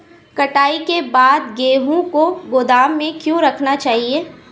कटाई के बाद गेहूँ को गोदाम में क्यो रखना चाहिए?